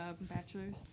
bachelor's